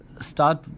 start